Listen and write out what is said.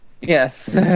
Yes